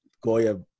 Goya